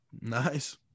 Nice